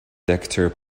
decatur